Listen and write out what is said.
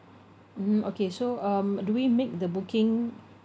mmhmm okay so um do we make the booking